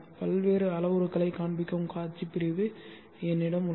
பல்வேறு அளவுருக்களைக் காண்பிக்கும் காட்சி பிரிவு என்னிடம் உள்ளது